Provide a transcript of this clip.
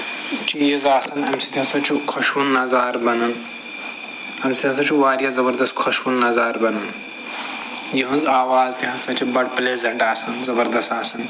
چیٖز آسان اَمہِ سۭتۍ ہسا چھُ خوشوُن نَظارٕ بَنان اَمہِ سۭتۍ ہسا چھُ واریاہ زَبَردست خوشوُن نَظارٕ بَنان یِہٕنٛز آواز تہِ ہسا چھِ بَڑٕ پٕلیزٮ۪نٛٹ آسان زَبردست آسان